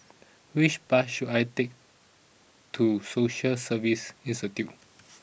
which bus should I take to Social Service Institute